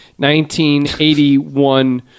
1981